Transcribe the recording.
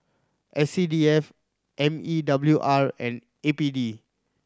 S C D F M E W R and A P D